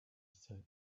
said